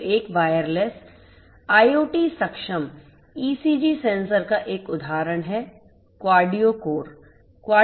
तो एक wireless IOT सक्षम ECG सेंसर का एक उदाहरण है QardioCore